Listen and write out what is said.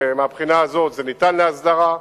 ומהבחינה הזו זה ניתן להסדרה,